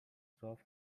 اطراف